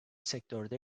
sektörde